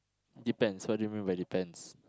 depends what do you mean by depends